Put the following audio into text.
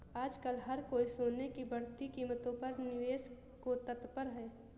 आजकल हर कोई सोने की बढ़ती कीमतों पर निवेश को तत्पर है